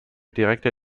direkte